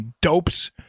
dopes